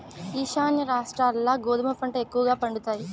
ఈశాన్య రాష్ట్రాల్ల గోధుమ పంట ఎక్కువగా పండుతాయి